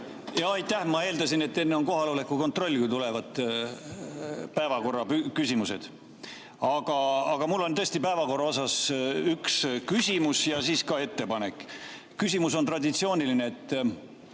Aitäh! Ma eeldasin, et enne on kohaloleku kontroll, kui tulevad päevakorraküsimused. Aga mul on tõesti päevakorra kohta üks küsimus ja siis ka ettepanek. Küsimus on traditsiooniline: miks